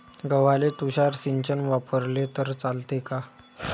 गव्हाले तुषार सिंचन वापरले तर चालते का?